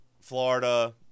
Florida